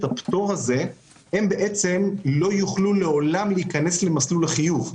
הפטור הזה לא יוכלו לעולם להיכנס למסלול החיוב.